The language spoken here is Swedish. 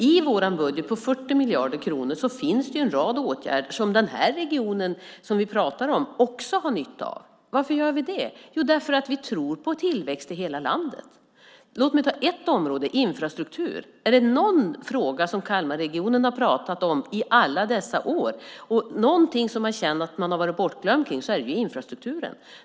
I vår budget på 40 miljarder kronor finns det en rad åtgärder som den region vi här pratar om också har nytta av. Varför gör vi det? Jo, därför att vi tror på tillväxt i hela landet. Låt mig ta ett område: infrastruktur. Är det någon fråga där Kalmarregionen i alla år har sagt att man känner sig bortglömd är det infrastrukturen.